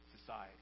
society